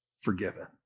forgiven